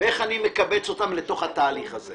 ולקבץ אותם לתהליך הזה.